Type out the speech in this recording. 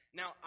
now